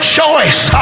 choice